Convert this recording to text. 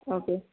okay